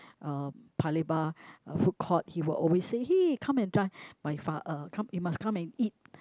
uh Paya Lebar food court he will always say hey come and join my fa~ uh come you must come and eat